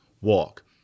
walk